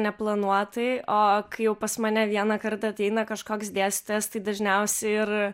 neplanuotai o kai jau pas mane vieną kartą ateina kažkoks dėstytojas tai dažniausiai ir